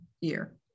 year